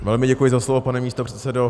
Velmi děkuji za slovo, pane místopředsedo.